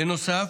בנוסף,